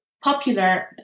popular